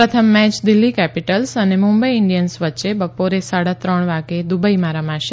પ્રથમ match Delhi Capitals અને Mumbai Indians વચ્ચે બપોરે સાડા ત્રણ વાગે દુબઈમાં રમાશે